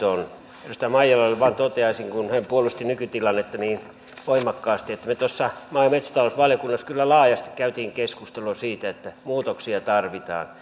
edustaja maijalalle vain toteaisin kun hän puolusti nykytilannetta niin voimakkaasti että me tuossa maa ja metsätalousvaliokunnassa kyllä laajasti kävimme keskustelua siitä että muutoksia tarvitaan